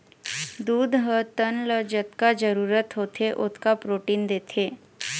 दूद ह तन ल जतका जरूरत होथे ओतका प्रोटीन देथे